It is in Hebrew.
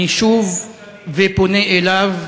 אני שב ופונה אליו,